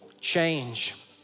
change